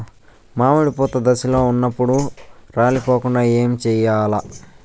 మామిడి పూత దశలో ఉన్నప్పుడు రాలిపోకుండ ఏమిచేయాల్ల?